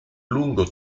lungo